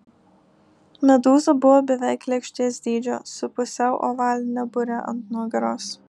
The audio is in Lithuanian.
medūza buvo beveik lėkštės dydžio su pusiau ovaline bure ant nugaros